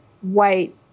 white